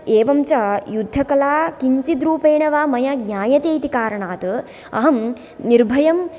एवं च युद्धकला किञ्चिद्रूपेण वा मया ज्ञायते इति कारणात् अहं निर्भयं